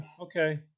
okay